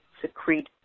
secrete